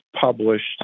published